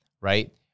right